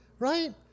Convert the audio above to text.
right